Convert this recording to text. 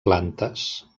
plantes